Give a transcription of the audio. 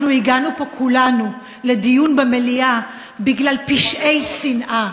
אנחנו הגענו פה כולנו לדיון במליאה בגלל פשעי שנאה.